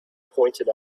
pointed